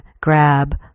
grab